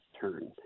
turn